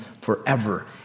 forever